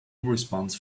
response